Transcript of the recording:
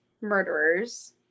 murderers